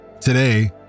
Today